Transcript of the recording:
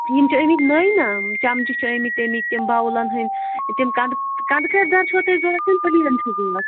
یِم چھِ آمِتۍ نٔوۍ نا چَمچہٕ چھِ آمِتۍ تَمِکۍ تِم بَوُلَن ہٕنٛدۍ تِم کَنٛدٕ کَنٛدٕکٔرۍ دار چھِوا تۄہہِ ضوٚرَتھ کِنہٕ پٕلین چھِو ضوٚرَتھ